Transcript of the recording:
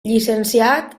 llicenciat